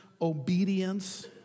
obedience